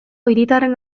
hiritarren